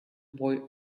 boy